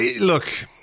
Look